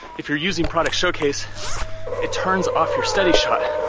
if you're using product showcase it turns off your steady shot.